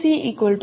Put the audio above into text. તેથી